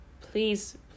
please